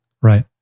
Right